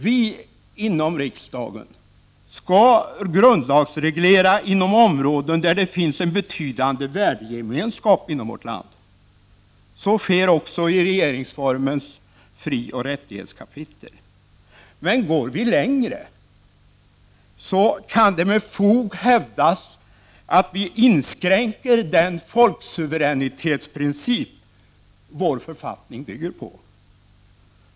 Vi inom riksdagen skall grundlagsreglera inom områden där det finns en betydande värdegemenskap i vårt land. Så sker också enligt regeringsformens frioch rättighetskapitel. Men går vi längre kan det med fog hävdas att vi inskränker den folksuveränitetsprincip som vår författning bygger på.